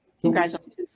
Congratulations